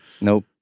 Nope